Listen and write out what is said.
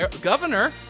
governor